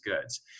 goods